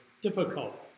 difficult